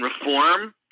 Reform